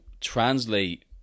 translate